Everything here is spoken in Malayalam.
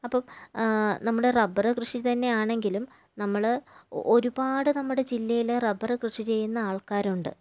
അപ്പോൾ നമ്മുടെ റബ്ബറ് കൃഷി തന്നെ ആണെങ്കിലും നമ്മള് ഒരുപാട് നമ്മുടെ ജില്ലയില് റബ്ബറ് കൃഷി ചെയ്യുന്ന ആൾക്കാരുണ്ട്